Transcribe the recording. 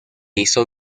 hizo